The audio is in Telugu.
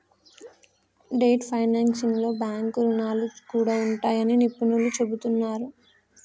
డెట్ ఫైనాన్సింగ్లో బ్యాంకు రుణాలు కూడా ఉంటాయని నిపుణులు చెబుతున్నరు